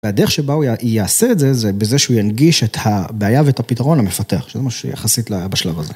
והדרך שבה הוא יעשה את זה, זה בזה שהוא ינגיש את הבעיה ואת הפתרון למפתח, שזה מה שיחסית בשלב הזה.